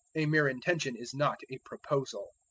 a mere intention is not a proposal.